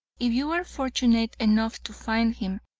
if you are fortunate enough to find him,